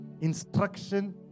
Instruction